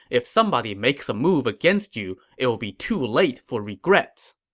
if somebody makes a move against you, it'll be too late for regrets.